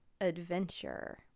adventure